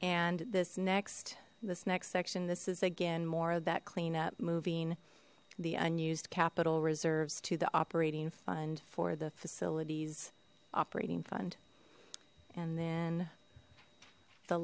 and this next this next section this is again more of that cleanup moving the unused capital reserves to the operating fund for the facilities operating fund and then the